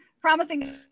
promising